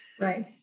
right